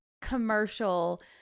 commercial